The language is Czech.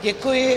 Děkuji.